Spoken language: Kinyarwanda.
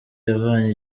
yavanye